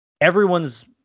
everyone's